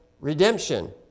redemption